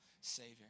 Savior